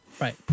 Right